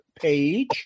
page